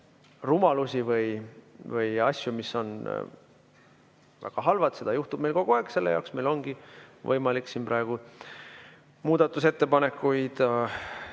või asju, mis on väga halvad, juhtub meil kogu aeg. Selle jaoks ongi meil võimalik siin praegu muudatusettepanekuid